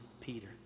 Peter